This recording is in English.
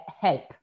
help